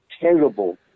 terrible